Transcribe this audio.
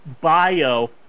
bio